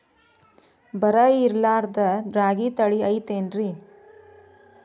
ಬರ ಇರಲಾರದ್ ರಾಗಿ ತಳಿ ಐತೇನ್ರಿ?